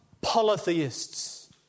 polytheists